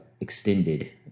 extended